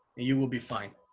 you will be fine.